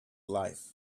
life